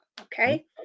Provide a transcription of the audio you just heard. Okay